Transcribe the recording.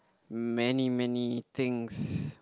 many many things